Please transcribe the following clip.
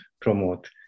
promote